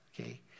okay